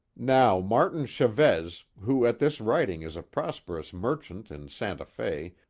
now martin chavez, who at this writing is a prosperous merchant in santa fe,